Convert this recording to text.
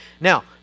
Now